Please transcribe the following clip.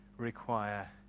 require